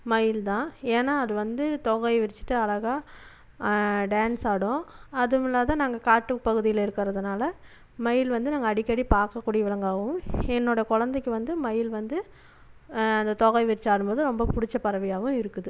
மயில் தான் ஏன்னா அது வந்து தோகையை விரிச்சுட்டு அழகாக டான்ஸ் ஆடும் அதுவுமில்லாம நாங்கள் காட்டுப்பகுதியில் இருக்கிறதுனால மயில் வந்து நாங்கள் அடிக்கடி பார்க்கக் கூடிய விலங்காகவும் என்னோட குழந்தைக்கு வந்து மயில் வந்து அந்த தோகையை விரித்து ஆடும்போது ரொம்ப பிடிச்ச பறவையாகவும் இருக்குது